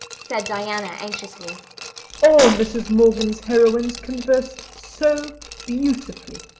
said diana anxiously. all mrs. morgan's heroines converse so beautifully.